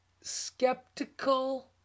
skeptical